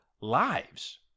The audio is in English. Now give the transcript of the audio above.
lives